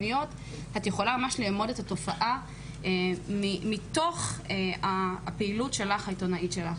את יכולה ממש לאמוד את התופעה מתוך הפעילות העיתונאית שלך.